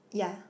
ya